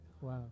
Wow